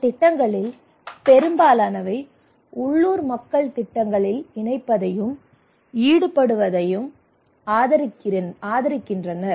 இந்த திட்டங்களில் பெரும்பாலானவை உள்ளூர் மக்களை திட்டங்களில் இணைப்பதையும் ஈடுபடுத்துவதையும் ஆதரிக்கின்றன